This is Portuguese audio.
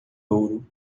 ouro